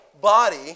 body